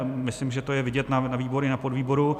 Myslím, že to je vidět na výboru, na podvýboru.